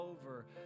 over